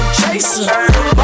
chaser